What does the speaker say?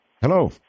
Hello